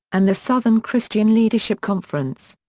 and the southern christian leadership conference.